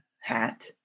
hat